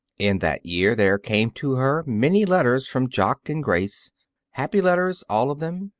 in that year there came to her many letters from jock and grace happy letters, all of them,